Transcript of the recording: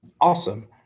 awesome